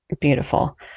beautiful